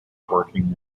working